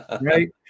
right